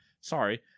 Sorry